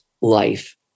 life